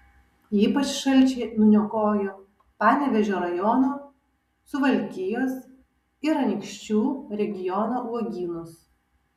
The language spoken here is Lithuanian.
ypač šalčiai nuniokojo panevėžio rajono suvalkijos ir anykščių regiono uogynus